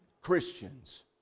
christians